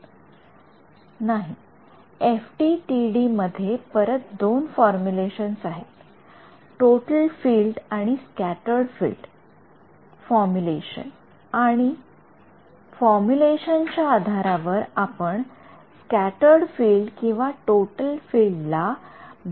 विद्यार्थी नाही एफडीटीडी मध्ये परत दोन फॉर्मुलेशन्स आहेत टोटल फील्ड आणि स्क्याटर्ड फील्ड फॉर्मुलेशन आणि फॉर्मुलेशन च्या आधारावर आपण स्क्याटर्ड फील्ड किंवा टोटल फील्ड ला बाउंडरी कंडिशन लागू करू